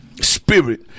spirit